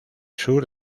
sur